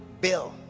bill